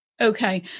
Okay